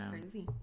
crazy